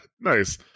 Nice